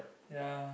ya